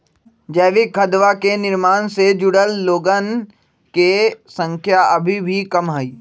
जैविक खदवा के निर्माण से जुड़ल लोगन के संख्या अभी भी कम हई